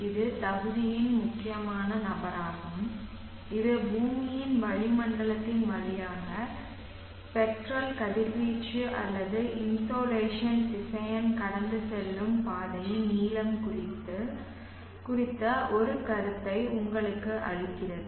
இது தகுதியின் முக்கியமான நபராகும் இது பூமியின் வளிமண்டலத்தின் வழியாக ஸ்பெக்ட்ரல் கதிர்வீச்சு அல்லது இன்சோலேஷன் திசையன் கடந்து செல்லும் பாதையின் நீளம் குறித்த ஒரு கருத்தை உங்களுக்கு அளிக்கிறது